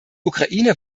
ukraine